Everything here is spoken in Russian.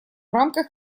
рамках